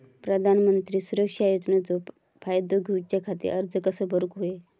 प्रधानमंत्री सुरक्षा योजनेचो फायदो घेऊच्या खाती अर्ज कसो भरुक होयो?